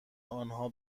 آنها